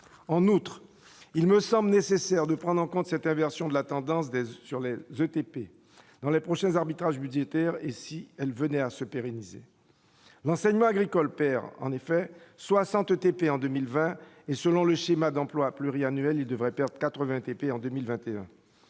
en outre, il me semble nécessaire de prendre en compte cette inversion de la tendance sur les ETP dans les prochains arbitrages budgétaires et si elle venait à se pérenniser l'enseignement agricole perd en effet 60 ETP en 2020 et selon le schéma d'emploi pluriannuel il devrait peur 80 ATP en 2021,